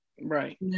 Right